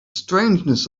strangeness